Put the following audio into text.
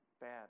Bad